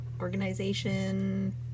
Organization